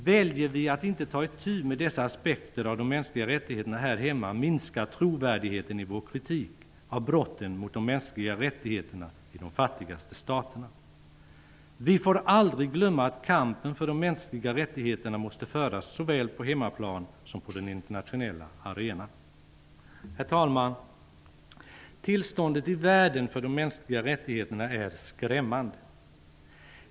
Väljer vi att inte ta itu med dessa aspekter av de mänskliga rättigheterna här hemma minskar trovärdigheten i vår kritik av brotten mot de mänskliga rättigheterna i de fattigaste staterna. Vi får aldrig glömma att kampen för de mänskliga rättigheterna måste föras såväl på hemmaplan som på den internationella arenan. Herr talman! Tillståndet i världen för de mänskliga rättigheterna är skrämmande.